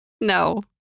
No